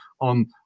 on